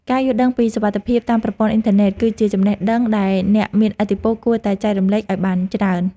ការយល់ដឹងពីសុវត្ថិភាពតាមប្រព័ន្ធអ៊ីនធឺណិតគឺជាចំណេះដឹងដែលអ្នកមានឥទ្ធិពលគួរតែចែករំលែកឱ្យបានច្រើន។